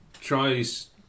tries